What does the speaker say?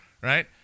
right